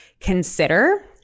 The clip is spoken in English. consider